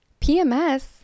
PMS